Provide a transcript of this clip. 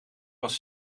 was